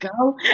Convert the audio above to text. go